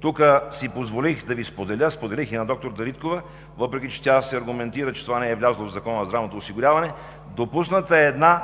тук си позволих да Ви споделя, споделих и на доктор Дариткова, въпреки че тя се аргументира, че това не е влязло в Закона за здравното осигуряване, допусната е една